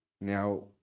Now